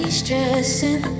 stressing